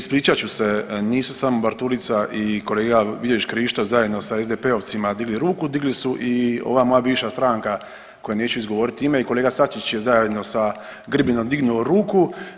Ispričat ću se nisu samo Bartulica i kolega Vidović Krišto zajedno sa SDP-ovcima digli ruku, digli su i ova moja bivša stranka kojoj neću izgovorit ime i kolega SAčić je zajedno sa Grbinom dignuo ruku.